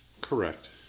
Correct